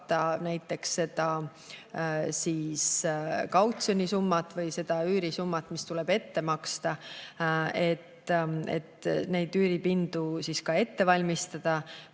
näiteks seda kautsjonisummat või seda üürisummat, mis tuleb ette maksta, et neid üüripindu ette valmistada.